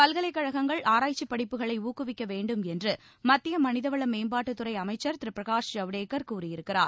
பல்கலைக்கழகங்கள் ஆராய்ச்சி படிப்புகளை ஊக்குவிக்க வேண்டும் என்று மத்திய மனிதவள மேம்பாட்டு துறை அமைச்சர் திரு பிரகாஷ் ஜவ்டேகர் கூறியிருக்கிறார்